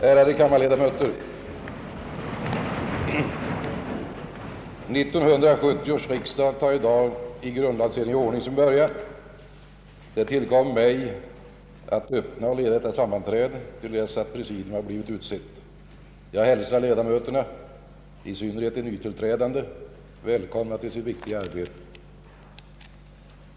Ärade kammarledamöter! 1970 års riksdag tar i dag i grundlagsenlig ordning sin början. Det tillkommer mig att öppna och leda detta sammanträde till dess att presidium har blivit utsett. Jag hälsar ledamöterna, i synnerhet de nytillträdande, välkomna till deras viktiga arbete.